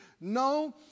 No